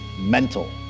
mental